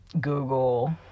Google